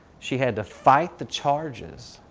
she had to fight the charges,